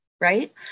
right